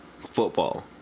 football